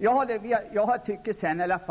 De reaktioner vi har fått